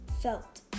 felt